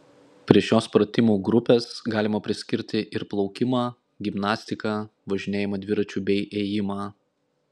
prie šios pratimų grupės galima priskirti ir plaukimą gimnastiką važinėjimą dviračiu bei ėjimą